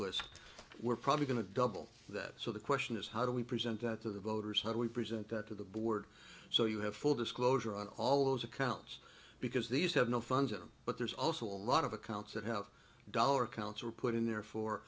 list we're probably going to double that so the question is how do we present that to the voters how do we present that to the board so you have full disclosure on all those accounts because these have no funds them but there's also a lot of accounts that have dollar counts were put in there for